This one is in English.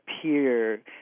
appear